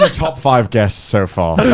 ah top five guests so far